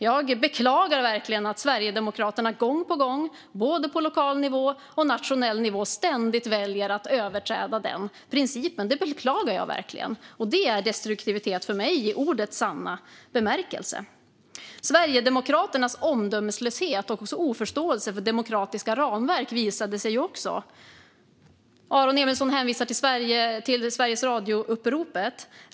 Jag beklagar verkligen att Sverigedemokraterna gång på gång på både lokal och nationell nivå ständigt väljer att överträda den principen. Det är destruktivitet för mig i ordets sanna bemärkelse. Sverigedemokraternas omdömeslöshet och oförståelse för demokratiska ramverk visar sig också. Aron Emilsson hänvisar till Sveriges Radio-uppropet.